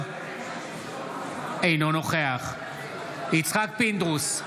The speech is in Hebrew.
אינו נוכח יצחק פינדרוס,